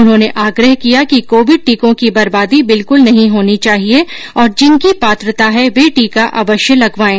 उन्होंने आग्रह किया कि कोविड टीको की बर्बादी बिल्कुल नहीं होनी चाहिए और जिनकी पात्रता है वे टीका अवश्य लगवाएं